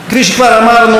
כפי שכבר אמרנו,